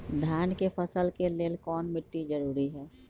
धान के फसल के लेल कौन मिट्टी जरूरी है?